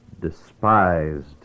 despised